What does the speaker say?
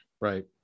Right